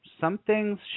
something's